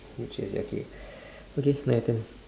which is okay okay now your turn